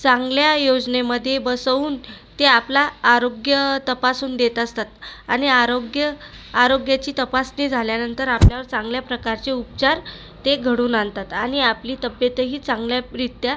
चांगल्या योजनेमध्ये बसवून ते आपला आरोग्य तपासून देत असतात आणि आरोग्य आरोग्याची तपासणी झाल्यानंतर आपल्यावर चांगल्या प्रकारचे उपचार ते घडवून आणतात आणि आपली तब्येतही चांगल्यारीत्या